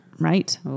right